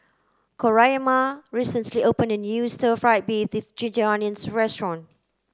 Coraima recently opened a new stir fried beef this ginger onions restaurant